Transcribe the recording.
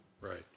Right